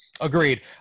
Agreed